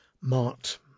Mart